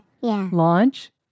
Launch